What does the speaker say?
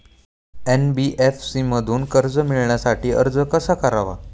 NBFC मधून कर्ज मिळवण्यासाठी अर्ज कसा करावा?